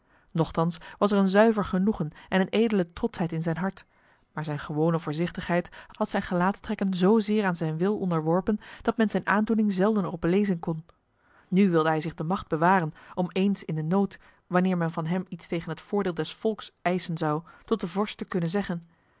nochtans was er een zuiver genoegen en een edele trotsheid in zijn hart maar zijn gewone voorzichtigheid had zijn gelaatstrekken zozeer aan zijn wil onderworpen dat men zijn aandoening zelden erop lezen kon nu wilde hij zich de macht bewaren om eens in de nood wanneer men van hem iets tegen het voordeel des volks eisen zou tot de vorst te kunnen zeggen